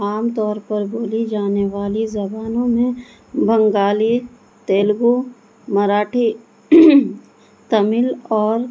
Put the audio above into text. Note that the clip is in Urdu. عام طور پر بولی جانے والی زبانوں میں بنگالی تیلگو مراٹھی تمل اور